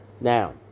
Now